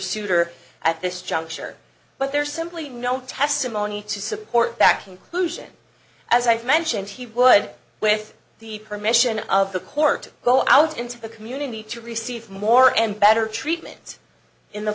souter at this juncture but there's simply no testimony to support that conclusion as i mentioned he would with the permission of the court go out into the community to receive more and better treatment in the